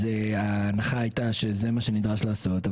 ההנחה הייתה שזה מה שנדרש לעשות,